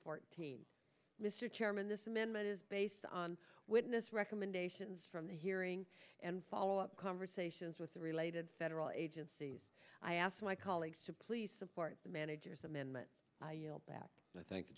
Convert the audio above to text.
fourteen mr chairman this amendment is based on witness recommendations from the hearing and follow up conversations with the related federal agencies i asked my colleagues to please support the manager's amendment that i thank the